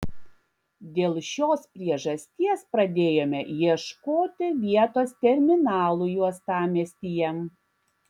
dėl šios priežasties pradėjome ieškoti vietos terminalui uostamiestyje